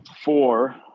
Four